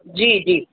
जी जी